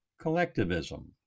collectivism